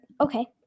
Okay